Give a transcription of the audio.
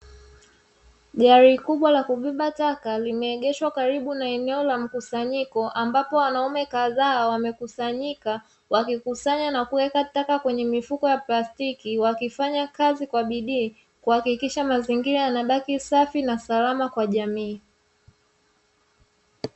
Gari kubwa la kubeba taka limeegeshwa karibu na eneo la mkusanyiko, ambapo wanaume kadhaa wamekusanyika wakikusanya na kuweka taka kwenye mifuko ya plastiki wakifanya kazi kwa bidii, kuhakikisha mazingira yanabaki safi na salama kwa jamii.